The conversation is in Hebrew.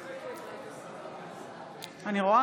בעד עידן רול, אינו נוכח יואל